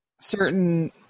certain